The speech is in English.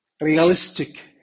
realistic